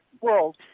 world